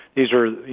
these are, you